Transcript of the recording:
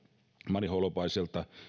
mari holopaiselta